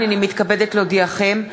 הנני מתכבדת להודיעכם,